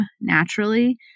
naturally